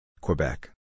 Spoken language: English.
Quebec